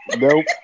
Nope